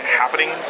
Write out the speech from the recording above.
happening